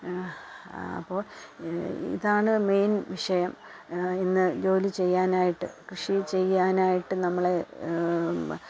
അപ്പോള് ഇതാണ് മെയിന് വിഷയം ഇന്ന് ജോലി ചെയ്യാനായിട്ട് കൃഷി ചെയ്യാനായിട്ട് നമ്മളെ